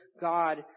God